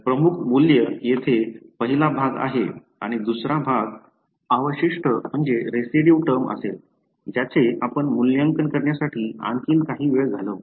तर मुख्य मूल्य येथे पहिला भाग आहे आणि दुसरा भाग अवशिष्ट टर्म असेल ज्याचे आपण मूल्यांकन करण्यासाठी आणखी काही वेळ घालवू